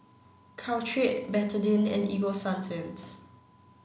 Caltrate Betadine and Ego Sunsense